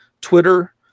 Twitter